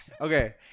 Okay